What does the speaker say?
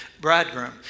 bridegroom